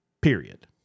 period